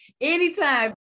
Anytime